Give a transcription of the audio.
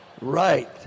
Right